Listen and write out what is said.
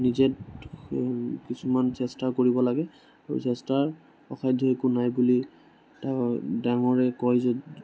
নিজে কিছুমান চেষ্টা কৰিব লাগে আৰু চেষ্টাৰ অসাধ্য একো নাই বুলি ডাঙৰে কয় যে